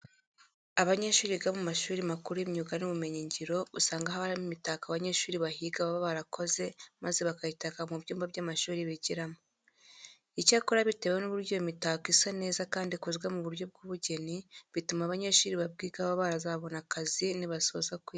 Abanyeshuri biga mu mashuri makuru y'imyuga n'ubumenyingiro usanga haba harimo imitako abanyeshuri bahiga baba barakoze maze bakayitaka mu byumba by'amashuri bigiramo. Icyakora bitewe n'uburyo iyo mitako isa neza kandi ikozwe mu buryo bw'ubugeni, bituma abanyeshuri babwiga baba bazabona akazi nibasoza kwiga.